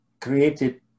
created